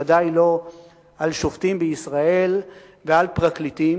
ודאי לא על שופטים בישראל ועל פרקליטים.